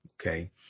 okay